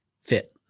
fit